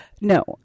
No